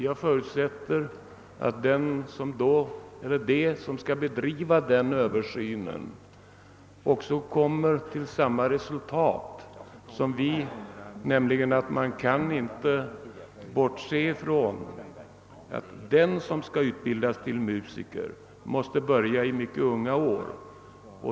Jag förutsätter att de som skall utföra den översynen kommer till samma resultat som vi, nämligen att den som skall utbildas till musiker måste börja i mycket unga år.